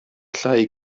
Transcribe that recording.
llai